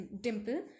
Dimple